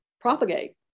propagate